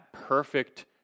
perfect